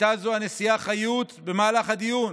הייתה זו הנשיאה חיות שבמהלך הדיון,